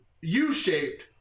U-shaped